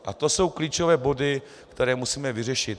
A to jsou klíčové body, které musíme vyřešit.